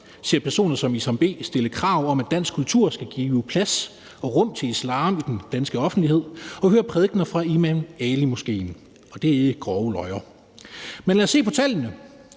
ser personer som Isam B. stille krav om, at dansk kultur skal give plads og rum til islam i den danske offentlighed, og hører prædikener fra Imam Ali Moskéen. Og det er grove løjer. Men lad os se på tallene